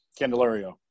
Candelario